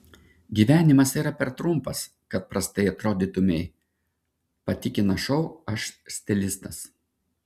gyvenimas yra per trumpas kad prastai atrodytumei patikina šou aš stilistas